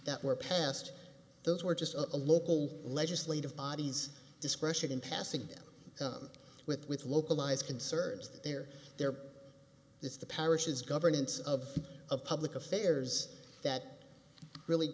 that were passed those were just of a local legislative bodies discretion in passing with with localized concerns that there there is the parishes governance of a public affairs that really